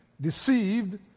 deceived